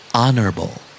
honorable